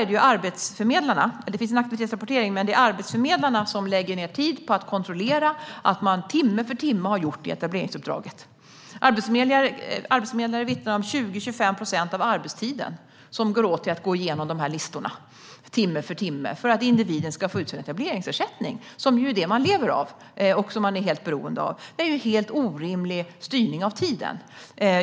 Det finns en aktivitetsrapportering, men det är arbetsförmedlarna som lägger ned tid på att kontrollera att man timme för timme har gjort etableringsuppdraget. Arbetsförmedlare vittnar om att 20-25 procent av arbetstiden går åt till att gå igenom de här listorna timme för timme för att individen ska få ut sin etableringsersättning, som är det man lever av och är helt beroende av. Det är en helt orimlig styrning av tiden.